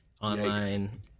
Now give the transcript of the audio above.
online